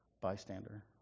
bystander